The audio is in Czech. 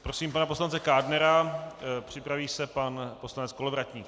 Prosím pana poslance Kádnera, připraví se pan poslanec Kolovratník.